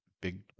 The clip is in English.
big